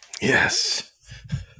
Yes